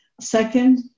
Second